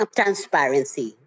transparency